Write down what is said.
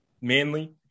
manly